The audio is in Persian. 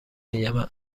یمن